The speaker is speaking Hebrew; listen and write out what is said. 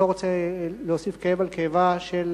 אני לא רוצה להוסיף כאב על כאבה של